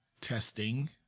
testing